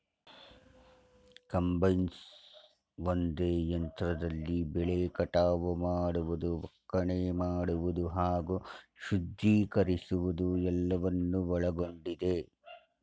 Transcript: combines ಒಂದೇ ಯಂತ್ರದಲ್ಲಿ ಬೆಳೆ ಕಟಾವು ಮಾಡುವುದು ಒಕ್ಕಣೆ ಮಾಡುವುದು ಹಾಗೂ ಶುದ್ಧೀಕರಿಸುವುದು ಎಲ್ಲವನ್ನು ಒಳಗೊಂಡಿದೆ